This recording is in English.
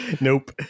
Nope